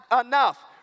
enough